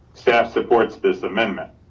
staff supports this amendment.